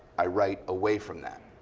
i write away from that,